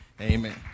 Amen